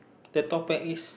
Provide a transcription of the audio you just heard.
the topic is